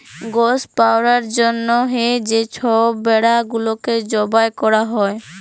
গস পাউয়ার জ্যনহে যে ছব ভেড়া গুলাকে জবাই ক্যরা হ্যয়